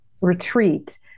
retreat